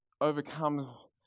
overcomes